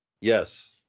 Yes